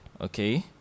Okay